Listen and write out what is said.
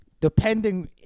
depending